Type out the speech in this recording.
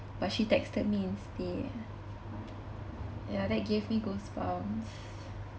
but she texted me instead ya that gave me goosebumps